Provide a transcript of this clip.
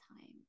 time